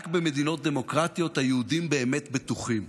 רק במדינות דמוקרטיות היהודים באמת בטוחים,